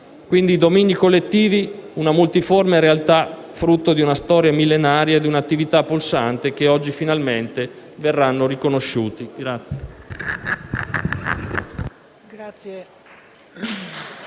Quindi, i domini collettivi, sono una multiforme realtà, frutto di una storia millenaria e di un'attività pulsante, che oggi finalmente verrà riconosciuta.